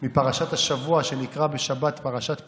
מפרשת השבוע שנקרא בשבת, פרשת פקודי.